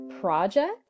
project